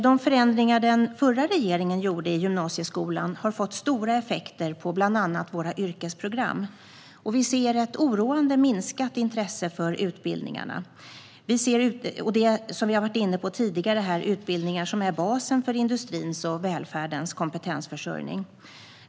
De förändringar den förra regeringen gjorde i gymnasieskolan har fått stora effekter på bland annat våra yrkesprogram. Vi ser ett oroande minskat intresse för utbildningarna. Som vi har varit inne på tidigare är det utbildningar som är basen för industrins och välfärdens kompetensförsörjning.